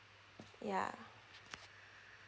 yeah